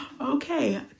okay